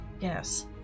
Yes